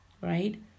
right